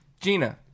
Gina